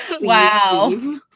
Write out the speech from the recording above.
Wow